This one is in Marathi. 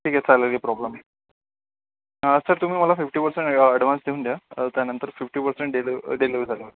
ठीक आहे चालेल काही प्रॉब्लेम नाही सर तुम्ही मला फिफ्टी पर्सेंट अड ॲड्वान्स देऊन द्या त्यानंतर फिफ्टी पर्सेंट डिलेव डिलेव्हरी झाल्यावर